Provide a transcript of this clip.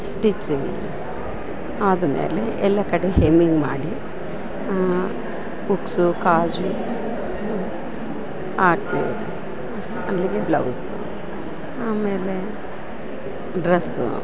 stitching ಆದ ಮೇಲೆ ಎಲ್ಲ ಕಡೆ ಹೆಮ್ಮಿಂಗ್ ಮಾಡಿ ಹುಕ್ಸು ಕಾಜಾ ಹಾಕ್ತೀವಿ ಅಲ್ಲಿಗೆ ಬ್ಲೌಸು ಆಮೇಲೆ ಡ್ರಸ್ಸು